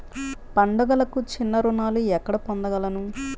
పండుగలకు చిన్న రుణాలు ఎక్కడ పొందగలను?